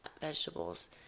vegetables